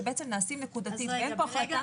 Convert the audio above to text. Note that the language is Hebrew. שנעשים נקודתית ואין פה החלטה גורפת.